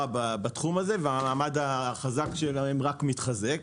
בתחום הזה והמעמד החזק שלהם רק מתחזק.